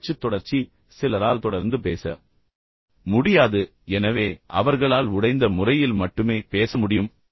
பேச்சுத் தொடர்ச்சி சிலரால் தொடர்ந்து பேச முடியாது எனவே அவர்களால் உடைந்த முறையில் மட்டுமே பேச முடியும்